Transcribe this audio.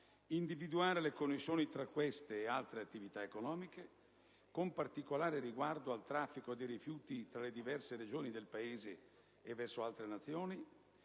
individuare le connessioni tra queste e altre attività economiche, con particolare riguardo al traffico dei rifiuti tra le diverse Regioni del Paese e verso altre Nazioni,